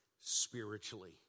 spiritually